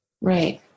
Right